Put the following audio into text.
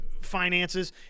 finances